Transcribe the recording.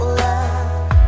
love